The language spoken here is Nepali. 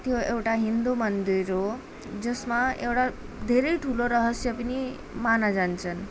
त्यो एउटा हिन्दू मन्दिर हो जसमा एउटा धेरै ठुलो रहस्य पनि माना जान्छन्